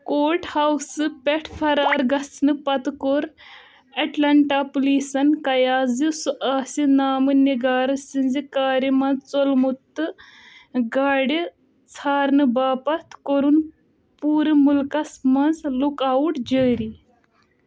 court ہاؤسہٕ پٮ۪ٹھٕ فرار گژھنہٕ پتہٕ کوٚر اٹلانٹا پولیسَن قیاس زِ سُہ آسہِ نامہ نِگار سٕنزِ كارِ منٛز ژوٚلمُت تہٕ گاڑِ ژھارنہٕ باپتھ کوٚرُن پوٗرٕ مُلکَس منٛز لک آؤٹ جٲری